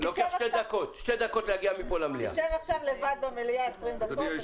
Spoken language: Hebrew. יצחק פינדרוס,